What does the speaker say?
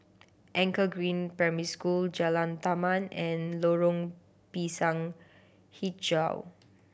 Anchor Green Primary School Jalan Taman and Lorong Pisang Hijau